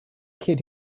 kid